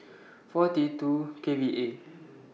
four T two K V A